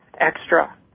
extra